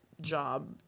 job